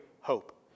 hope